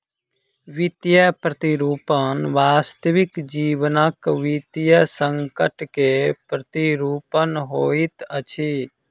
वित्तीय प्रतिरूपण वास्तविक जीवनक वित्तीय संकट के प्रतिरूपण होइत अछि